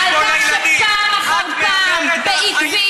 אבל זה קרה בבית חולים,